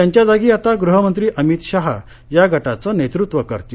त्यांच्या जागी आता गृहमंत्री अमित शहा या गटाचं नेतृत्व करतील